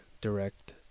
direct